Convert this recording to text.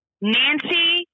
Nancy